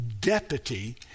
deputy